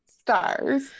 stars